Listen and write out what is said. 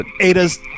Ada's